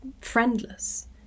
friendless